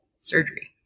surgery